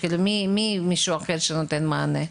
מי זה המישהו האחר שנותן מענה?